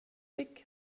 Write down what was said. thick